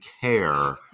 care